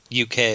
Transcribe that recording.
UK